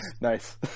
Nice